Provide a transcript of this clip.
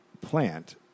plant